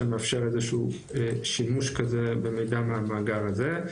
שמאפשר איזשהו שימוש כזה במידע מהמאגר הזה,